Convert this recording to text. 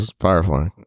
firefly